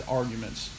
arguments